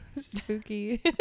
spooky